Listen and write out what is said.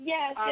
Yes